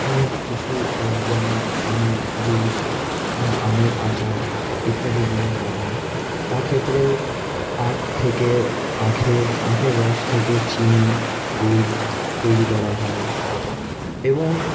অনেক কিছু যেমন আমের জুস হ্যাঁ আমের আচার ইত্যাদি জিনিস বানাই তা ক্ষেত্রেও আখ থেকে আখের আখের রস থেকে চিনি গুড় তৈরি করা হয় এবং